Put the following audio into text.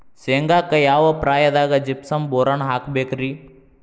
ಶೇಂಗಾಕ್ಕ ಯಾವ ಪ್ರಾಯದಾಗ ಜಿಪ್ಸಂ ಬೋರಾನ್ ಹಾಕಬೇಕ ರಿ?